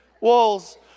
walls